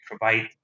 provide